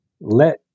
Let